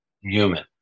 human